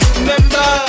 Remember